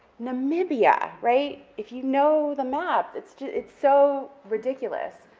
namibia, right, if you know the map, it's it's so ridiculous,